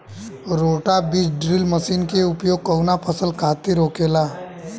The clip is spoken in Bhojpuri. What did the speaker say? रोटा बिज ड्रिल मशीन के उपयोग कऊना फसल खातिर होखेला?